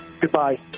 goodbye